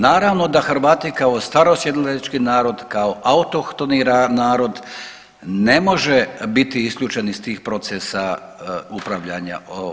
Naravno da Hrvati kao starosjedilački narod, kao autohtoni narod ne može biti isključen iz tih procesa upravljanja.